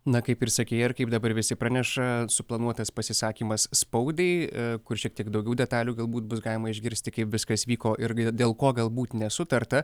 na kaip ir sakei ar kaip dabar visi praneša suplanuotas pasisakymas spaudai kur šiek tiek daugiau detalių galbūt bus galima išgirsti kaip viskas vyko ir dėl ko galbūt nesutarta